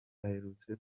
aherutse